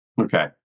Okay